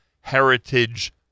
Heritage